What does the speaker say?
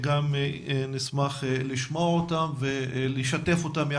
נשמח לשמוע אותם ולשתף אותם עם